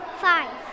five